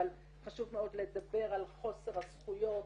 אבל חשוב מאוד לדבר על חוסר הזכויות